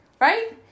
right